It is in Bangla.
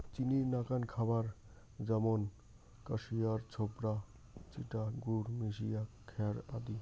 চিনির নাকান খাবার য্যামুন কুশিয়ার ছোবড়া, চিটা গুড় মিশিয়া খ্যার আদি